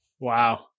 wow